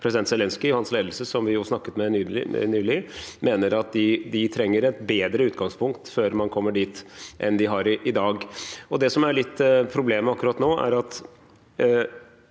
president Zelenskyj og hans ledelse, som vi snakket med nylig, mener at de trenger et bedre utgangspunkt før man kommer dit, enn de har i dag. Det som er litt av problemet akkurat nå, er at